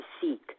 seek